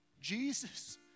Jesus